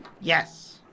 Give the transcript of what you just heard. Yes